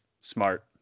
smart